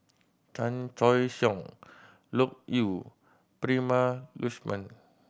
Chan Choy Siong Loke Yew Prema Letchumanan